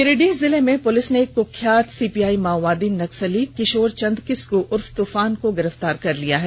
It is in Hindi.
गिरिडीह जिले में पुलिस ने एक कुख्यात सीपीआई माओवादी नक्सली किशोर चन्द किस्कू उर्फ तूफान को गिरफ्तार कर लिया है